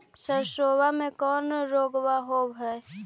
सरसोबा मे कौन रोग्बा होबय है?